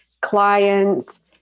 clients